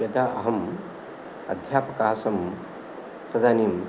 यदा अहं अध्यापकासम् तदानीं